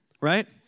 right